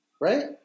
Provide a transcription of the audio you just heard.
Right